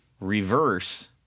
reverse